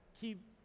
keep